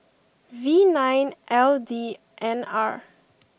V nine L D N R